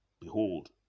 Behold